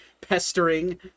pestering